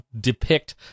depict